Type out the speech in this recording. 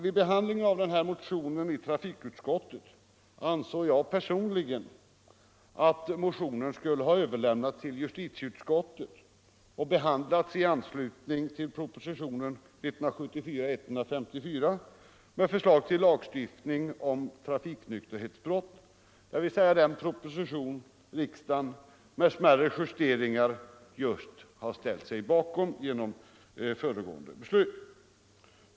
Vid behandlingen av denna motion i trafikutskottet ansåg jag personligen att motionen skulle överlämnas till justitieutskottet och behandlas i anslutning till propositionen 1974:154 med förslag till lagstiftning om trafiknykterhetsbrott, dvs. den proposition som riksdagen med smärre justeringar just har ställt sig bakom genom beslutet i föregående ärende på föredragningslistan.